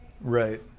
Right